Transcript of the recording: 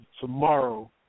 tomorrow